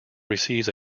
receives